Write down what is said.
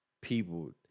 people